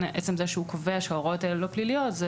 עצם זה שהוא קובע שההוראות האלו לא פליליות,